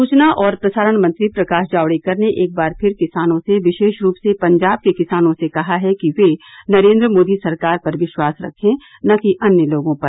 सूचना और प्रसारण मंत्री प्रकाश जावडेकर ने एक बार फिर किसानों से विशेष रूप से पंजाब के किसानों से कहा है कि वे नरेन्द्र मोदी सरकार पर विश्वास रखें न कि अन्य लोगों पर